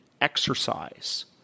exercise